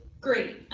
great,